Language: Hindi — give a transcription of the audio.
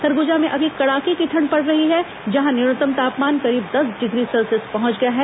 सरगुजा में अभी कड़ाके की ठंड पड़ रही है जहां न्यूनतम तापमान करीब दस डिग्री सेल्सियस पहंच गया है